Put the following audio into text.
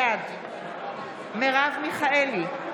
בעד מרב מיכאלי,